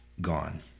gone